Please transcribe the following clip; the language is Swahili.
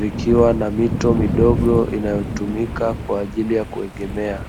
yakiwa na mito midogo kwaajili ya kuegemea